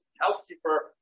housekeeper